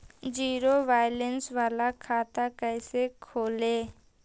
Zero balance बाला खाता कैसे खोले?